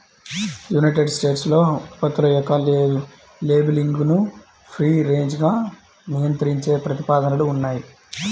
United స్టేట్స్లో ఉత్పత్తుల యొక్క లేబులింగ్ను ఫ్రీ రేంజ్గా నియంత్రించే ప్రతిపాదనలు ఉన్నాయి